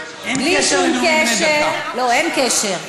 אין קשר.